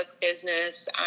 business